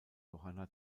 johanna